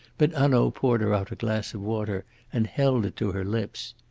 but hanaud poured her out a glass of water and held it to her lips.